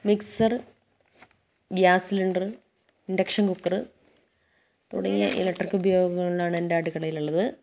mixer gas cylinder induction cooker തുടങ്ങിയ electric ഉപയോഗങ്ങളിലാണ് എൻ്റെ അടുക്കളയിലുള്ളത്